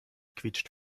quietscht